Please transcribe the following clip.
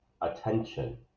attention